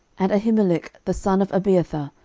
and ahimelech the son of abiathar,